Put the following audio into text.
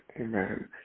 Amen